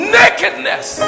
nakedness